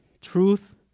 truth